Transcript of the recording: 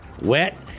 wet